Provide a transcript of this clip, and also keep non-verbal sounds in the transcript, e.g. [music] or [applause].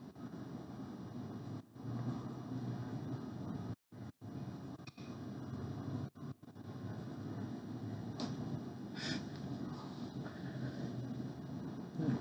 [breath]